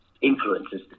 influences